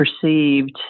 perceived